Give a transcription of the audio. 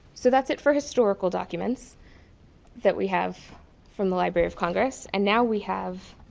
so that's it for historical documents that we have from the library of congress and now we have